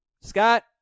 Scott